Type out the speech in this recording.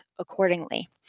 accordingly